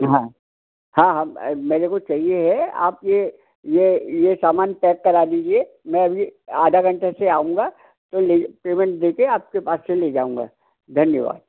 हाँ हाँ हम मेरे को चाहिए है आप ये ये ये सामान पैक करा दीजिए मैं अभी आधा घंटे से आऊँगा तो ले पेमेंट दे कर आपके पास से ले जाऊँगा धन्यवाद